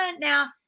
Now